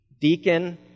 Deacon